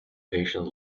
patient